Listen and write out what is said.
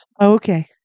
Okay